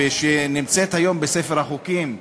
והיא נמצאת היום בספר החוקים,